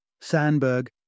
Sandberg